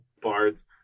Bards